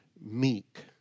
meek